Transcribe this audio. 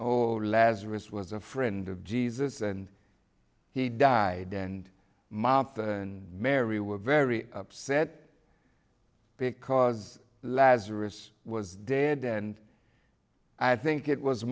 or lazarus was a friend of jesus and he died and mom and mary were very upset because lazarus was dead and i think it was